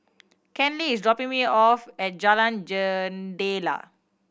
Kenley is dropping me off at Jalan Jendela